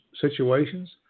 situations